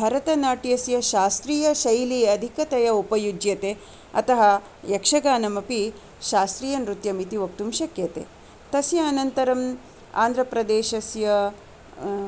भरतनाट्यस्य शास्त्रीयशैली अधिकतया उपयुज्यते अतः यक्षगानमपि शास्तीयनृत्यम् इति वक्तुं शक्यते तस्य अनन्तरम् आन्ध्रप्रदेशस्य